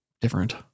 different